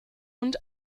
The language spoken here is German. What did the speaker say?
und